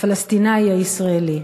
הפלסטיני הישראלי.